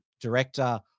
director